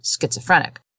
schizophrenic